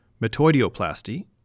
metoidioplasty